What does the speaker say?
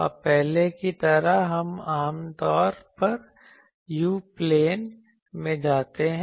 अब पहले की तरह हम आम तौर पर u प्लेन में जाते हैं